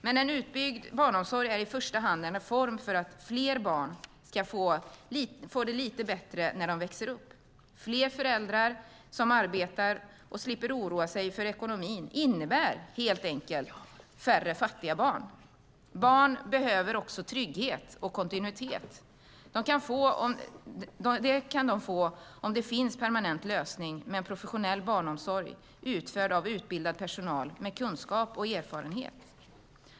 Men en utbyggd barnomsorg är i första hand en reform för att fler barn ska få det lite bättre när de växer upp. Fler föräldrar som arbetar och slipper oroa sig för ekonomin innebär helt enkelt färre fattiga barn. Barn behöver också trygghet och kontinuitet. Det kan de få om det finns en permanent lösning med en professionell barnomsorg utförd av utbildad personal med kunskap och erfarenhet.